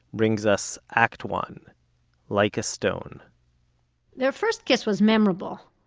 brings us act one like a stone their first kiss was memorable,